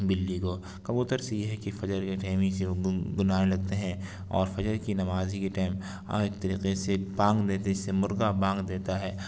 بلی کو کبوتر سے یہ ہے کہ فجر کے ٹائم ہی سے وہ گنگنانے لگتے ہیں اور فجر کی نماز ہی کے ٹائم ہر طریقے سے بانگ دیتے جیسے مرغا بانگ دیتا ہے